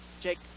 Jake